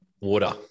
water